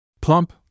Plump